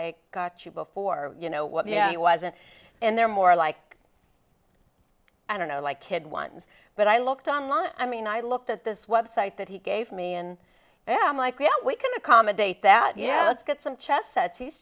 i got you before you know what yeah it wasn't and they're more like i don't know like kid ones but i looked on line i mean i looked at this website that he gave me and i'm like yeah we can accommodate that yeah let's get some chess sets he's